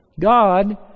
God